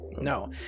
no